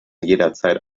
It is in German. jederzeit